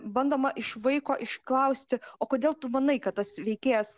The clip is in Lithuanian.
bandoma iš vaiko išklausti o kodėl tu manai kad tas veikėjas